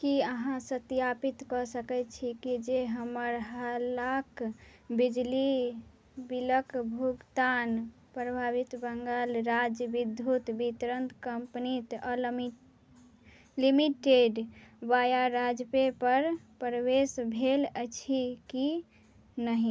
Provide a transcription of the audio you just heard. कि अहाँ सत्यापित कऽ सकै छी कि जे हमर हालके बिजली बिलके भुगतान प्रभावित बङ्गाल राज्य विद्युत वितरण कम्पनी अँ लिमिटेड वाया राजपेपर प्रवेश भेल अछि कि नहि